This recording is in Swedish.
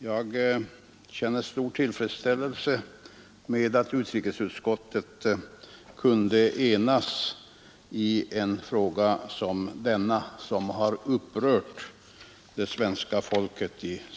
Jag känner stor tillfredsställelse över att utrikesutskottet kunnat enas i en fråga som denna, som i så hög grad upprört svenska folket.